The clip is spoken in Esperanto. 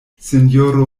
sinjoro